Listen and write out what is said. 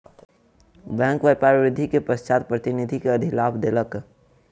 bank व्यापार वृद्धि के पश्चात प्रतिनिधि के अधिलाभ देलक